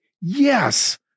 Yes